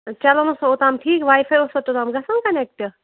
چلان اوسا اوٚتام ٹھیٖک واے فاے اوسا توٚتام گَژھان کَنیٚکٹہٕ